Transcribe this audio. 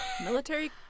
Military